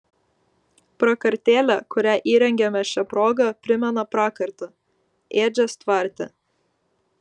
prakartėlė kurią įrengiame šia proga primena prakartą ėdžias tvarte